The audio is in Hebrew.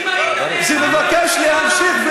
אם היית נאמן למדינה היית מציע את החוק הזה אתה.